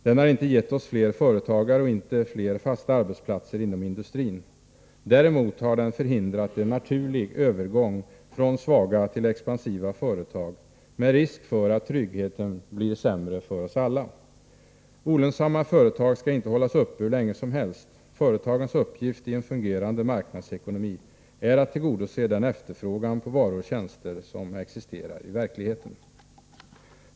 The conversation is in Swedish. Den har inte gett oss fler företagare och inte fler fasta arbetsplatser inom industrin. Däremot har den förhindrat en naturlig övergång från svaga till expansiva företag, med risk för att tryggheten blir sämre för oss alla. Olönsamma företag skall inte hållas uppe hur länge som helst. Företagens uppgift i en fungerande marknadsekonomi är att tillgodose den efterfrågan på varor och tjänster som existerar i verkligheten.